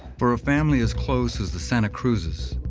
for a family as close as the santa cruzes,